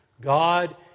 God